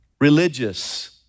Religious